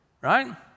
right